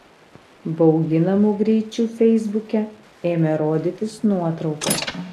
bauginamu greičiu feisbuke ėmė rodytis nuotraukos